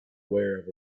aware